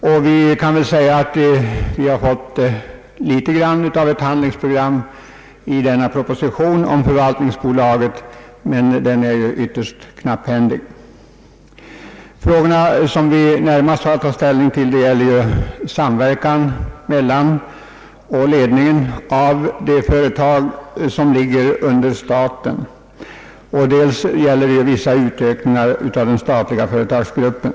Man kan kanske säga att vi fått litet av ett handlingsprogram i denna proposition om för valtningsbolaget, men det är ytterst knapphändigt. De frågor vi närmast har att ta ställning till i dag gäller samverkan mellan och ledningen av de företag som ligger under staten. Det gäller också vissa utökningar av den statliga företagsgruppen.